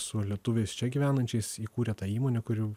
su lietuviais čia gyvenančiais įkūrė tą įmonę kuri